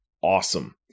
awesome